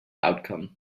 outcome